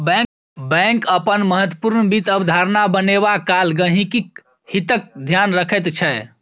bank अपन महत्वपूर्ण वित्त अवधारणा बनेबा काल गहिंकीक हितक ध्यान रखैत छै